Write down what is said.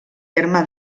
terme